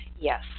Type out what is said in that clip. Yes